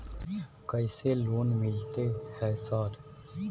कैसे लोन मिलते है सर?